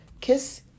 kiss